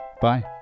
Bye